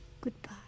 Goodbye